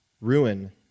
ruin